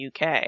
UK